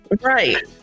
Right